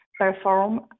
perform